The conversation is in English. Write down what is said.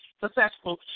successful